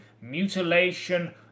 mutilation